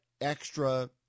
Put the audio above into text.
extra